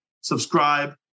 subscribe